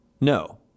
no